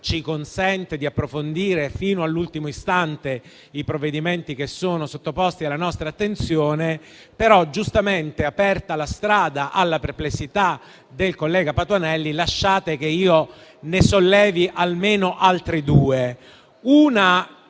ci consente di approfondire fino all'ultimo istante i provvedimenti sottoposti alla nostra attenzione; però, aperta giustamente la strada alla perplessità del collega Patuanelli, lasciate che io ne sollevi almeno altre due.